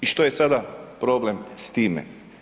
I što je sada problem s time?